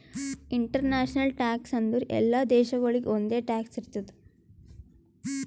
international tax ಅಂದುರ್ ಎಲ್ಲಾ ದೇಶಾಗೊಳಿಗ್ ಒಂದೆ ಟ್ಯಾಕ್ಸ್ ಇರ್ತುದ್